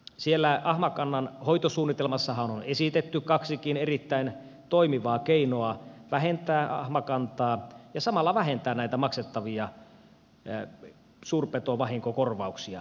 siellä ahmakannan hoitosuunnitelmassahan on esitetty kaksikin erittäin toimivaa keinoa vähentää ahmakantaa ja samalla vähentää näitä maksettavia suurpetovahinkokorvauksia